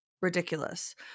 ridiculous